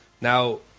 now